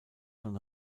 von